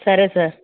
సరే సార్